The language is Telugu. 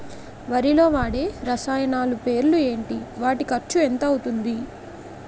వరిలో వాడే రసాయనాలు పేర్లు ఏంటి? వాటి ఖర్చు ఎంత అవతుంది?